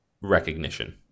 recognition